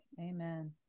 Amen